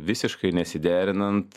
visiškai nesiderinant